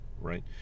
right